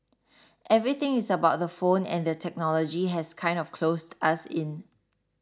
everything is about the phone and the technology has kind of closed us in